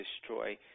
destroy